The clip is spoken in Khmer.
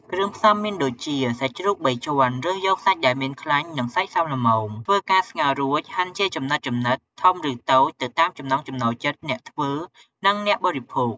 គ្រឿងផ្សំមានដូចជា សាច់ជ្រូកបីជាន់រើសយកសាច់ដែលមានខ្លាញ់ និងសាច់សមល្មម ធ្វើការស្ងោររួចហាន់ជាចំណិតៗធំឬតូចទៅតាមចំណង់ចំណូលចិត្តអ្នកធ្វើនិងអ្នកបរិភោគ។